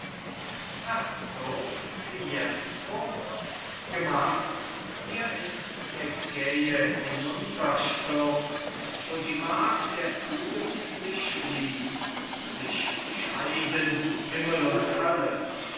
herzog fiesco gemach hier ist der gähe hinuntersturz wo die mark der tugend sich schließt sich scheiden himmel und hölle